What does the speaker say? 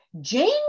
Jane